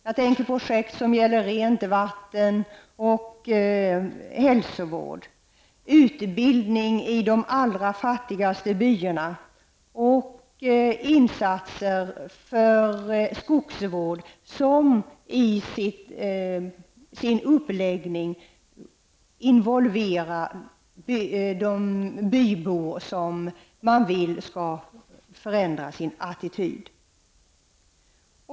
Jag tänker då på projekt som gäller detta med rent vatten och hälsovård, utbildningen i de allra fattigaste byarna samt insatser för skogsvård som i sin uppläggning involverar de bybor som man vill skall ändra attityd.